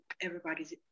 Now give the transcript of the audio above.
everybody's